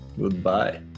Goodbye